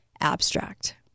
abstract